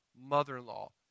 mother-in-law